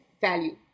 value